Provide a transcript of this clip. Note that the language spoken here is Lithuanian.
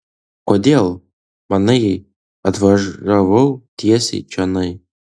kodėl manai atvažiavau tiesiai čionai